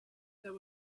there